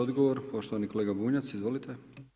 Odgovor poštovani kolega Bunjac, izvolite.